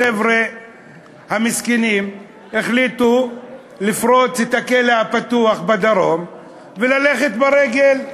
החבר'ה המסכנים החליטו לפרוץ את הכלא הפתוח בדרום וללכת ברגל,